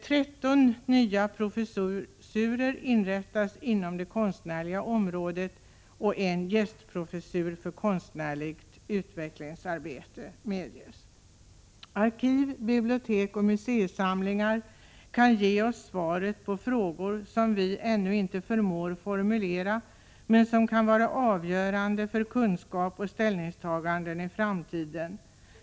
13 nya professurer inrättas inom det konstnärliga området samt en gästprofessur för konstnärligt utvecklingsarbete. Arkiv, bibliotek och museisamlingar kan ge oss svaret på frågor som vi ännu inte förmår formulera men som kan vara avgörande för kunskap och ställningstaganden i framtiden.